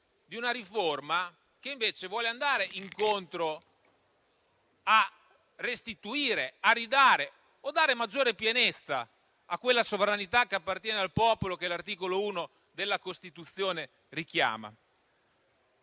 di una riforma che invece vuole restituire o dare maggiore pienezza a quella sovranità che appartiene al popolo, che l'articolo 1 della Costituzione richiama.